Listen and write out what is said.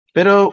Pero